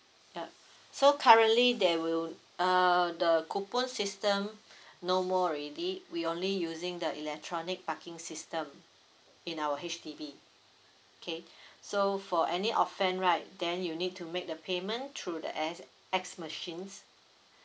yup so currently there will uh the coupon system no more already we only using the electronic parking system in our H_D_B okay so for any offend right then you need to make the payment through the A_X_S machines